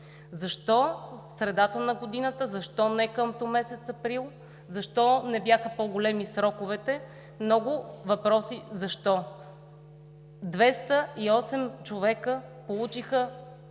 Защо в средата на годината, защо не къмто месец април, защо не бяха по-големи сроковете? Много въпроси – защо? Двеста и осем човека получиха